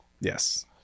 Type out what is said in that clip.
Yes